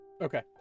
Okay